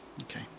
okay